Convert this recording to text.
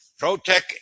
Protech